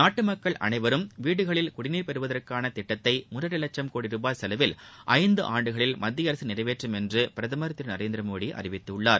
நாட்டு மக்கள் அனைவரும் வீடுகளில் குடிநீர் பெறுவதற்கான திட்டத்தை மூன்றரை லட்சம் கோடி ருபாய் செலவில் ஐந்து ஆண்டுகளில் மத்திய அரசு நிறைவேற்றும் என்று பிரதமர் திரு நரேந்திரமோடி அறிவித்திருக்கிறார்